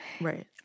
Right